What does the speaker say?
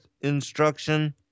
instruction